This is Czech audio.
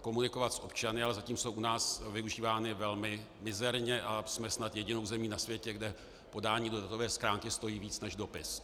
komunikovat s občany, ale zatím jsou u nás využívány velmi mizerně a jsme snad jedinou zemí na světě, kde podání do datové schránky stojí více než dopis.